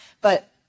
But-